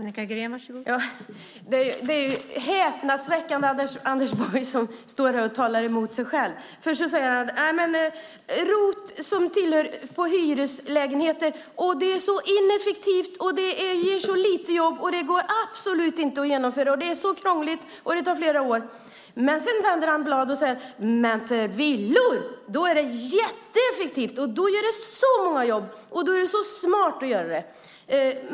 Fru talman! Det är häpnadsväckande när Anders Borg står här och talar emot sig själv. Först säger han att ROT på hyreslägenheter är så ineffektivt och ger så lite jobb och att det absolut inte går att genomföra. Det är så krångligt, och det tar flera år, säger han. Sedan vänder han blad och säger: Men för villor är det jätteeffektivt! Då ger det så många jobb och då är det så smart att göra det.